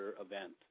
event